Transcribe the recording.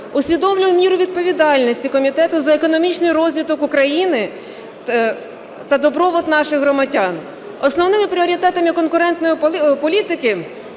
усвідомлюю міру відповідальності комітету за економічний розвиток України та добробут наших громадян. Основними пріоритетами конкурентної політики